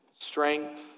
strength